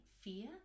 fear